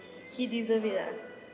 he deserved it ah